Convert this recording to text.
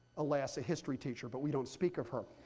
alas a history teacher, but we don't speak of her.